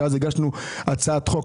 שאז הגשנו הצעת חוק,